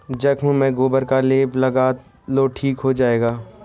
जख्म में गोबर का लेप लगा लो ठीक हो जाएगा